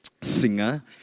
singer